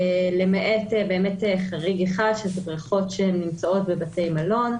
למעט חריג אחד שזה בריכות שנמצאות בבתי מלון,